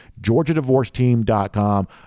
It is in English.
GeorgiaDivorceTeam.com